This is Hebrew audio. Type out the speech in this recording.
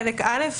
חלק א',